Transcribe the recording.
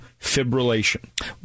fibrillation